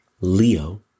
Leo